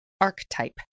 archetype